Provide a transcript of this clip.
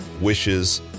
wishes